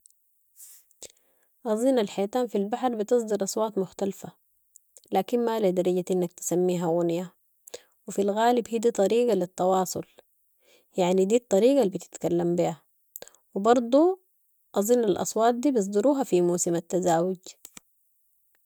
اظن الحيتان في البحر بتصدر اصوات مختلفة، لكن ما لدرجة انك تسميها غنية و في الغالب هي دي طريقة للتواصل، يعني دي الطريقة البتتكلم بيها و برضو اظن ال اصوات دي بيصدروها في موسم التزاوج.